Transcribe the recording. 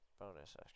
Bonus